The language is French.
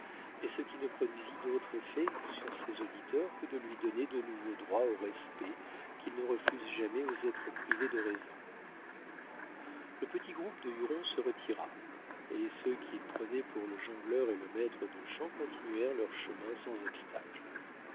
mais ce qui ne produisit d'autre effet sur ses auditeurs que de lui donner de nouveaux droits au respect qu'ils ne refusent jamais aux êtres privée de raison le petit groupe de hurons se retira et ceux qu'ils prenaient pour le jongleur et le maître de chant continuèrent leur chemin sans obstacle